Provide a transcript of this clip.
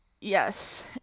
Yes